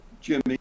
Jimmy